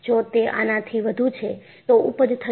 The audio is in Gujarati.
જો તે આનાથી વધુ છે તો ઊપજ થશે